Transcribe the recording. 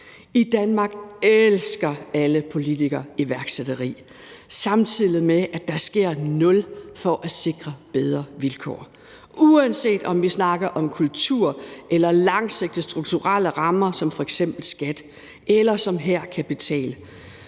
I Danmark elsker alle politikere iværksætteri, samtidig med at der sker nul for at sikre bedre vilkår, uanset om vi snakker om kultur eller langsigtede strukturelle rammer som f.eks. skat eller som her kapital.